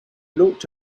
looked